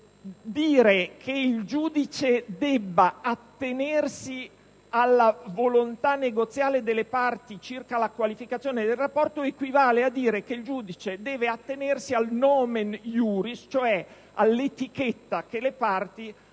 che il giudice debba attenersi alla volontà negoziale delle parti circa la qualificazione del rapporto equivale a dire che il giudice deve attenersi al *nomen iuris*, cioè all'etichetta che le parti hanno